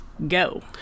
Go